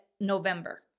November